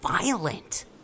violent